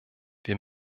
wir